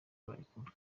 barekurwa